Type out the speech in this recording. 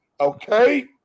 okay